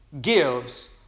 gives